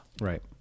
Right